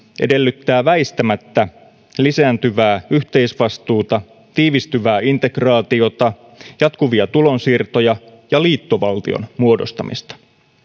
edellyttää väistämättä lisääntyvää yhteisvastuuta tiivistyvää integraatiota jatkuvia tulonsiirtoja ja liittovaltion muodostamista